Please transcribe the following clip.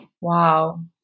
Wow